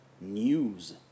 news